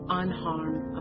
unharmed